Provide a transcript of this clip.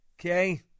okay